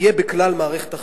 יהיה בכלל מערכת החינוך.